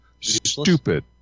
Stupid